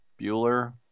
Bueller